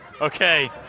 Okay